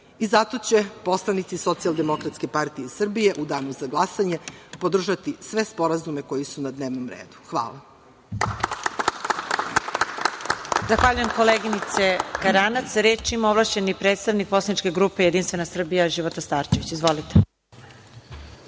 Zato će poslanici Socijaldemokratske partije Srbije u Danu za glasanje podržati sve sporazume koji su na dnevnom redu. Hvala.